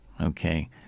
Okay